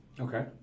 Okay